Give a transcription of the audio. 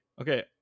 Okay